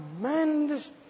tremendous